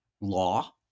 law